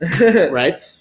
Right